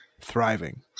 thriving